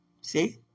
see